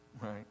right